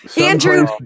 Andrew